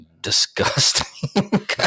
disgusting